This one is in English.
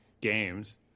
games